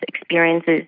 experiences